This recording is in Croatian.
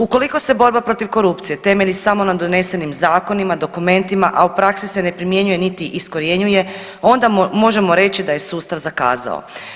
Ukoliko se borba protiv korupcije temelji samo na donesenim zakonima i dokumentima, a u praksi se ne primjenjuje niti iskorjenjuje onda možemo reći da je sustav zakazao.